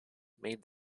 made